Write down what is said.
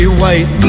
white